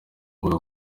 mbuga